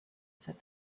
said